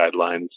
guidelines